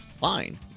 fine